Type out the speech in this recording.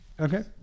Okay